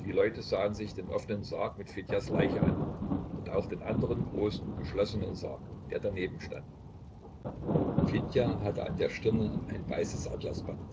die leute sahen sich den offenen sarg mit fedjas leiche an und auch den andern großen geschlossenen sarg der daneben stand fedja hatte an der stirne ein weißes atlasband